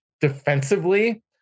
defensively